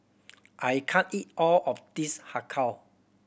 I can't eat all of this Har Kow